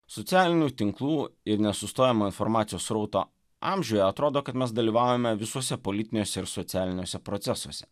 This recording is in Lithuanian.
socialinių tinklų ir nesustojamo informacijos srauto amžiuje atrodo kad mes dalyvaujame visuose politiniuose ir socialiniuose procesuose